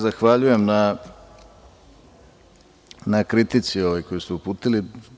Zahvaljujem se na kritici koju ste uputili.